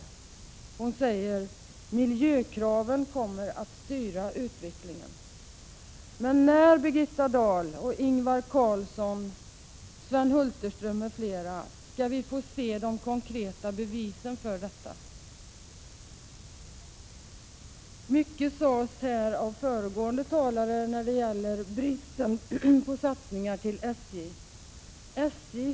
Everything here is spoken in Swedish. I den säger hon: ”Miljökraven kommer att styra utvecklingen.” Men när, Birgitta Dahl, Ingvar Carlsson, Sven Hulterström m.fl., skall vi få se de konkreta bevisen för detta? Mycket sades här av föregående talare när det gäller bristen på satsningar på SJ.